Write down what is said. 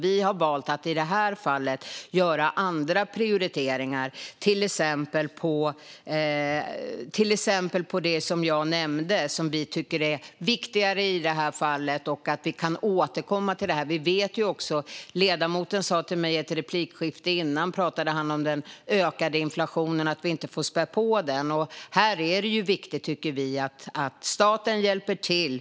Vi har valt att i det här fallet göra andra prioriteringar, till exempel på det som jag nämnde. Det är viktigare. Vi kan återkomma till det här. Ledamoten sa också i ett tidigare replikskifte att vi inte får spä på den ökade inflationen. Här är det viktigt att staten hjälper till.